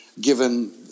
given